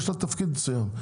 יש לה תפקיד מסוים,